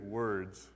words